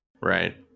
Right